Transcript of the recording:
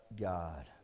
God